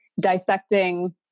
dissecting